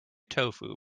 tofu